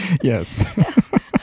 Yes